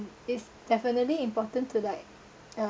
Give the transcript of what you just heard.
it is definitely important to like uh